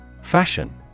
Fashion